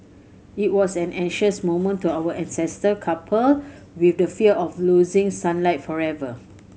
it was an anxious moment to our ancestor coupled with the fear of losing sunlight forever